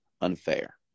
unfair